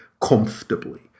comfortably